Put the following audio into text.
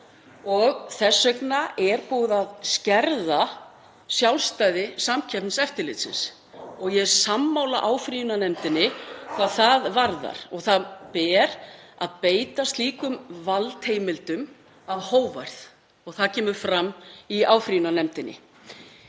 Þess vegna sé búið að skerða sjálfstæði Samkeppniseftirlitsins. Ég er sammála áfrýjunarnefndinni hvað það varðar. Það ber að beita slíkum valdheimildum af hógværð og það kemur fram hjá áfrýjunarnefndinni.